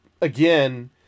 again